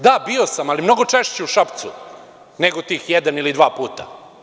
Da, bio sam, ali mnogo češće u Šapcu nego tih jedan ili dva puta.